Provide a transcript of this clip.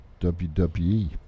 WWE